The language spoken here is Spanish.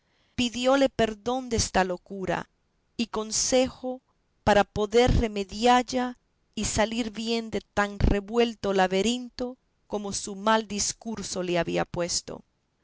guardaba pidióle perdón desta locura y consejo para poder remedialla y salir bien de tan revuelto laberinto como su mal discurso le había puesto